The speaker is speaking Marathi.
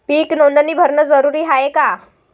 पीक नोंदनी भरनं जरूरी हाये का?